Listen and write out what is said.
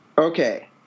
Okay